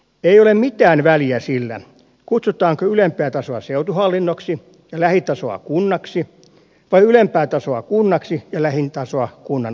ei ole mitään väliä sillä kutsutaanko ylempää tasoa seutuhallinnoksi ja lähitasoa kunnaksi vai ylempää tasoa kunnaksi ja lähitasoa kunnanosaksi